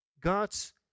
God's